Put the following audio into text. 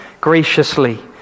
graciously